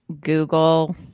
Google